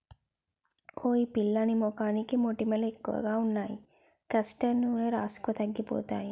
ఓయ్ పిల్లా నీ మొహానికి మొటిమలు ఎక్కువగా ఉన్నాయి కాస్టర్ నూనె రాసుకో తగ్గిపోతాయి